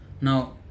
Now